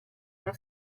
uno